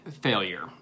Failure